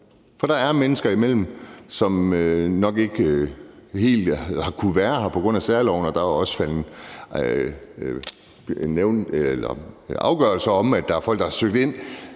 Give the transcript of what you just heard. For der er mennesker imellem, som nok ikke helt har kunnet være her på grund af særloven, og der er også faldet afgørelser om, at der er folk, der har søgt ind,